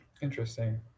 Interesting